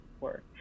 work